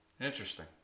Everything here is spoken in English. Interesting